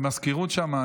במזכירות שם,